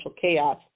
chaos